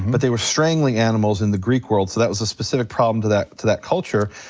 but they were strangling animals in the greek world so that was a specific problem to that to that culture.